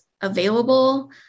available